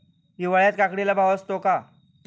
हिवाळ्यात काकडीला भाव असतो का?